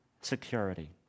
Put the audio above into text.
security